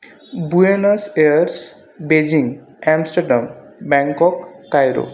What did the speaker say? Buenos Aires Beijing Amsterdam Bangkok Cairo